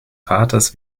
vaters